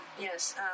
yes